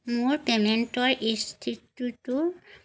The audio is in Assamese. মোৰ পে'মেণ্টৰ স্থিতিটো